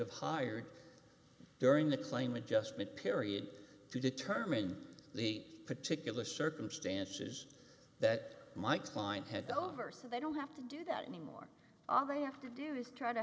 have hired during the claim adjustment period to determine the particular circumstances that my client had gone over so they don't have to do that anymore all they have to do is try to